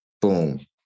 boom